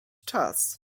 czas